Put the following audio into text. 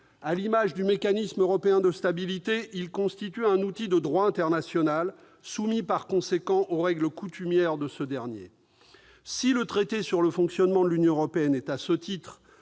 À l'image du mécanisme européen de stabilité, il constitue un outil de droit international, soumis, par conséquent, aux règles coutumières de ce dernier. Si le traité sur le fonctionnement de l'Union européenne est, au titre